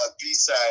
B-side